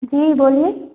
जी बोलिए